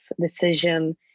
decision